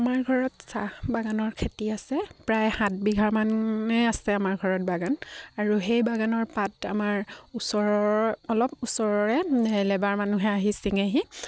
আমাৰ ঘৰত চাহ বাগানৰ খেতি আছে প্ৰায় সাত বিঘামানে আছে আমাৰ ঘৰত বাগান আৰু সেই বাগানৰ পাত আমাৰ ওচৰৰ অলপ ওচৰৰে লেবাৰ মানুহে আহি চিঙেহি